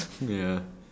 ya